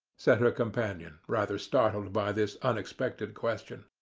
said her companion, rather startled by this unexpected question.